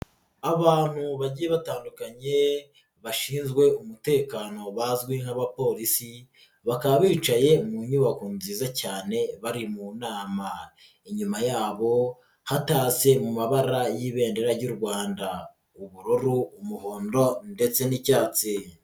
Abantu bagiye batandukanye bashinzwe umutekano bazwi nk'abapolisi bakaba bicaye mu nyubako nziza cyane bari mu nama, inyuma yabo hatatse mu mabara y'Ibendera ry'u Rwanda ubururu, umuhondo ndetse n'icyatsi.